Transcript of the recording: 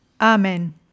Amen